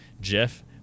Jeff